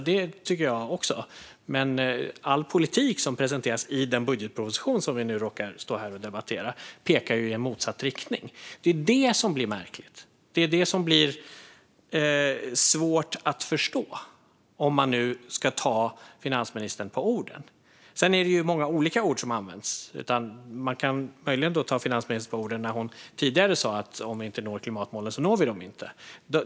Det tycker jag också, men all politik som presenteras i den budgetproposition som vi nu råkar stå här och debattera pekar ju i motsatt riktning. Det är detta som blir märkligt. Det är det som blir svårt att förstå, om man nu ska ta finansministern på orden. Sedan är det ju många olika ord som används. Man kunde möjligen ta finansministern på orden när hon tidigare sa: "Om vi inte når klimatmålen når vi dem inte."